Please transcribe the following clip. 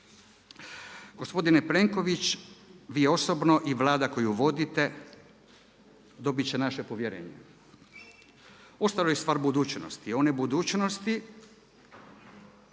Gospodine Plenković, vi osobno i Vlada koju vodite dobit će naše povjerenje. Ostalo je stvar budućnosti, one budućnosti